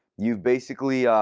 you've basically